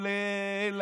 עולה,